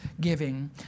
giving